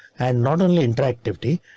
and not only interactivity,